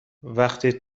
وقتی